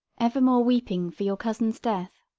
evermore weeping for your cousin's death?